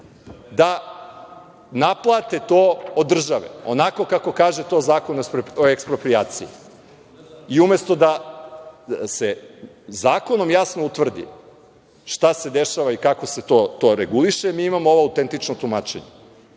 da naplate to države onako kako kaže to Zakon o eksproprijaciji i umesto da se zakonom jasno utvrdi šta se dešava i kako se to reguliše. Mi imamo ovo autentično tumačenje